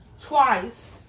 twice